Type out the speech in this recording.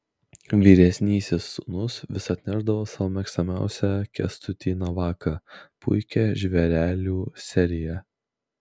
vyresnysis sūnus vis atnešdavo savo mėgstamiausią kęstutį navaką puikią žvėrelių seriją